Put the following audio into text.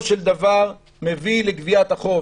נקלעו למצב שעל הנייר יכול להיות שהחוק ברור לך,